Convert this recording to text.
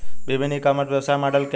विभिन्न e commerce व्यवसाय model क्या हैं?